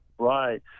Right